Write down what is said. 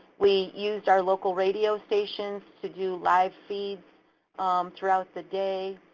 we used our local radio stations to do live feeds throughout the day,